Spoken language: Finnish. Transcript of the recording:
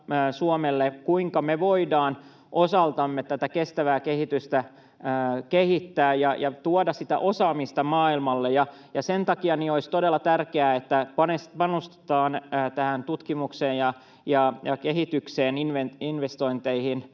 kuinka me voidaan osaltamme tätä kestävää kehitystä kehittää ja tuoda sitä osaamista maailmalle. Sen takia olisi todella tärkeää, että panostetaan tutkimukseen ja kehitykseen, investointeihin